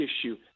issue